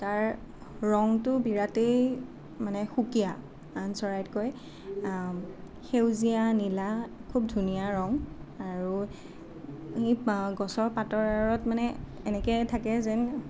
তাৰ ৰংটো বিৰাটেই মানে সুকীয়া আন চৰাইতকৈ সেউজীয়া নীলা খুব ধুনীয়া ৰং আৰু ই গছৰ পাতৰ আঁৰত মানে এনেকৈ থাকে যেন